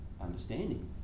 understanding